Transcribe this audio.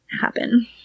happen